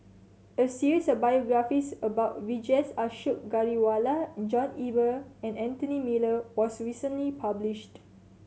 a series of biographies about Vijesh Ashok Ghariwala John Eber and Anthony Miller was recently published